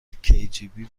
kgb